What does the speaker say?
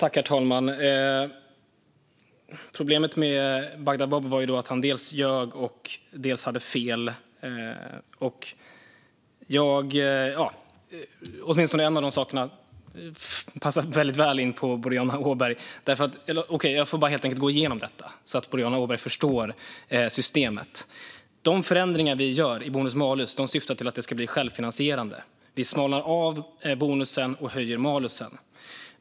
Herr talman! Problemet med Bagdad-Bob var att han dels ljög, dels hade fel. Åtminstone en av de sakerna passar väldigt väl in på Boriana Åberg. Jag får helt enkelt gå igenom detta så att Boriana Åberg förstår systemet. De förändringar vi gör i bonus-malus syftar till att systemet ska bli självfinansierande. Vi smalnar av bonusen och höjer malusen.